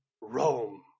Rome